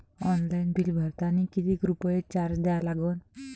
Online bill भरतानी कितीक रुपये चार्ज द्या लागन?